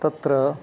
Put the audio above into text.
तत्र